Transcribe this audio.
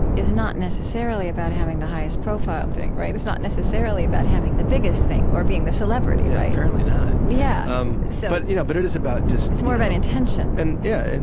is not necessarily about having the highest profile thing, right? it's not necessarily about having the biggest thing or being the celebrity, right? yeah, apparently not. yeah um so but you know but it is about just, it's more about intention and yeah, and